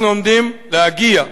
אנחנו עומדים להגיע בארבעת,